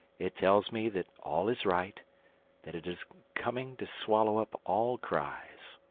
it tells me that all is right that it is coming to swallow up all cries.